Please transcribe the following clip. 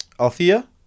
Althea